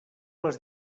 les